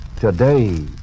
today